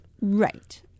Right